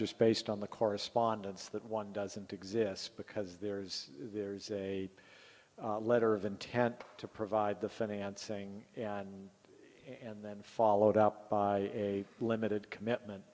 just based on the correspondence that one doesn't exist because there's there's a letter of intent to provide the financing and then followed up by a limited commitment